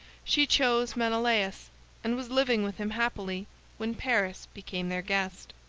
she chose menelaus, and was living with him happily when paris became their guest.